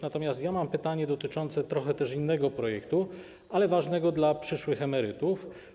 Natomiast mam też pytanie dotyczące trochę innego projektu, ale ważnego dla przyszłych emerytów.